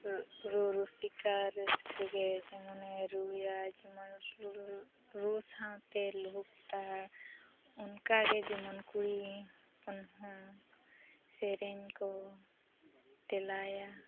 ᱨᱩ ᱨᱩᱥᱤᱠᱟ ᱨᱟᱹᱥᱠᱟᱹ ᱜᱮ ᱡᱮᱢᱚᱱᱮ ᱨᱩᱭᱟ ᱡᱮᱢᱚᱱ ᱨᱩ ᱥᱟᱶᱛᱮ ᱞᱩᱦᱩᱠᱛᱟᱲ ᱚᱱᱠᱟᱜᱮ ᱡᱮᱢᱚᱱ ᱠᱩᱲᱤ ᱦᱚᱯᱚᱱ ᱦᱚᱸ ᱥᱮᱨᱮᱧ ᱠᱚ ᱛᱮᱞᱟᱭᱟ